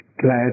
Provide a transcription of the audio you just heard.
glad